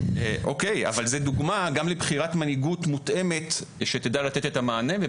זו דוגמא גם לבחירת מנהיגות מותאמת שתדע לתת את המענה.